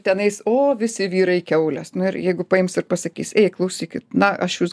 tenais o visi vyrai kiaulės nu ir jeigu paimsi ir pasakysi ei klausykit na aš jus